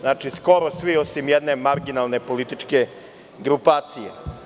Znači, skoro svi osim jedne marginalne političke grupacije.